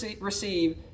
receive